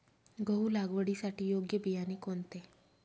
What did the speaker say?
गहू लागवडीसाठी योग्य बियाणे कोणते?